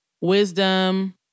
Wisdom